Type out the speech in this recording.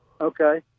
Okay